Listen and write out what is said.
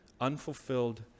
unfulfilled